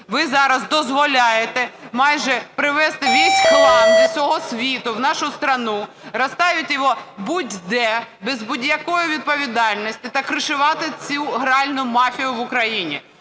Ви зараз дозволяєте майже привести весь хлам з усього світу в нашу страну, розставити його будь-де, без будь-якої відповідальності та кришувати цю гральну мафію в Україні.